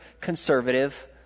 conservative